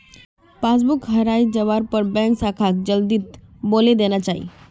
passbook हराई जवार पर बैंक शाखाक जल्दीत बोली देना चाई